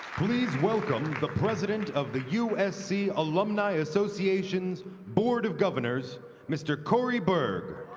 please welcome the president of the usc alumni association's board of governors mr. corii berg.